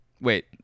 Wait